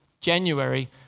January